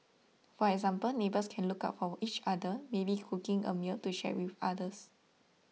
for example neighbours can look out for each other maybe cooking a meal to share with others